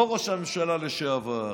לא ראש הממשלה לשעבר,